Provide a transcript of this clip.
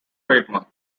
trademark